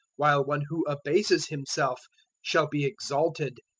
while one who abases himself shall be exalted.